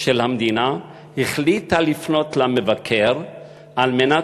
המדינה החליטה לפנות למבקר על מנת